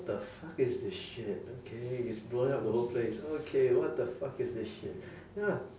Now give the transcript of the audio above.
the fuck is this shit okay he's blowing up the whole place okay what the fuck is this shit ya